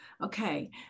Okay